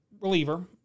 reliever